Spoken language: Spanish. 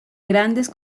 grandes